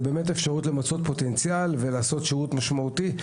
באמת אפשרות למצות פוטנציאל ולעשות שירות משמעותי.